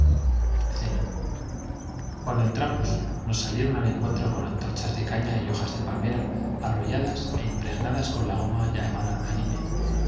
cena cuando entramos nos salieron al encuentro con antorchas de cañas y hojas de palmera arrolladas e impregnadas con la goma llamada anime